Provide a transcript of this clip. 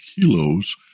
kilos